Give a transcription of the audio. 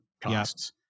costs